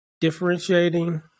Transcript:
differentiating